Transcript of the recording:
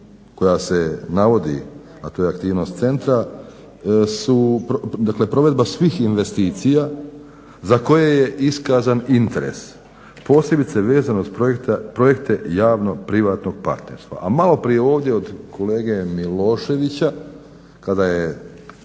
koja se navodi, a to je aktivnost centra su, dakle provedba svih investicija za koje je iskazan interes posebice vezano za projekte javno-privatnog partnerstva. A maloprije ovdje od kolege Miloševića kada je